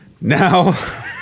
Now